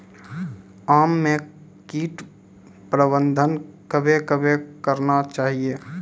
आम मे कीट प्रबंधन कबे कबे करना चाहिए?